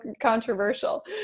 controversial